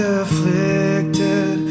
afflicted